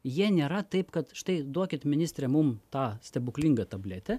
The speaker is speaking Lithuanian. jie nėra taip kad štai duokit ministre mum tą stebuklingą tabletę